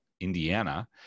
Indiana